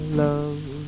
love